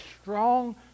strong